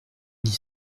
dix